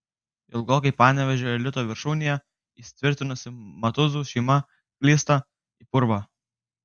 ilgokai panevėžio elito viršūnėje įsitvirtinusi matuzų šeima slysta į purvą